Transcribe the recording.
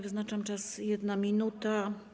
Wyznaczam czas - 1 minuta.